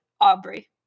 Aubrey